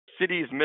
cities